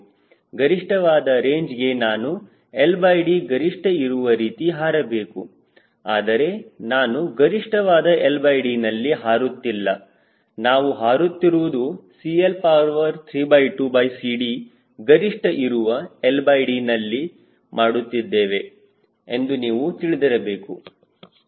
ಗರಿಷ್ಠವಾದ ರೇಂಜ್ಗೆ ನಾನು LD ಗರಿಷ್ಠ ಇರುವ ರೀತಿ ಹಾರಬೇಕು ಆದರೆ ನಾವು ಗರಿಷ್ಠವಾಗಿ LD ನಲ್ಲಿ ಹಾರುತ್ತಿಲ್ಲ ನಾವು ಹಾರುತಿರುವುದು CL32CD ಗರಿಷ್ಠ ಇರುವ LD ನಲ್ಲಿ ಮಾಡುತ್ತಿದ್ದೇವೆ ಎಂದು ನೀವು ತಿಳಿದಿರಬೇಕು